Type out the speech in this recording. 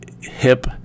hip